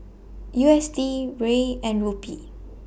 U S D Riel and Rupee